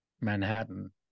Manhattan